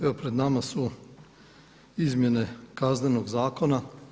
Evo pred nama su izmjene Kaznenog zakona.